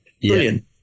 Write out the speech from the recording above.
brilliant